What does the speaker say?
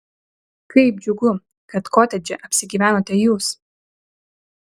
kaip džiugu kad kotedže apsigyvenote jūs